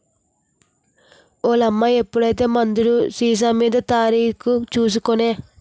ఓలమ్మా ఎప్పుడైనా మందులు సీసామీద తారీకు సూసి కొనే